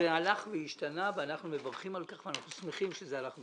זה הלך והשתנה ואנחנו מברכים על כך ואנחנו שמחים שזה הלך והשתנה.